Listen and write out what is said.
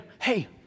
Hey